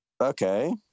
Okay